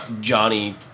Johnny